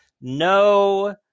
No